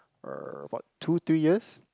uh what two three years